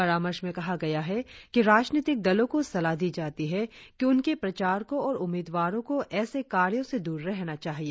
परामर्श में कहा गया है कि राजनीतिक दलों को सलाह दी जाती है कि उनके प्रचारको और उम्मीदवारों को ऐसे कार्यों से दूर रहना चाहिए